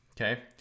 okay